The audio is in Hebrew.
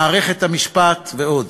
מערכת המשפט ועוד.